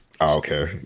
okay